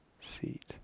Seat